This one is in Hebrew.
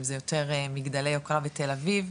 אם זה יותר מגדלי יוקרה בתל אביב,